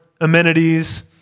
amenities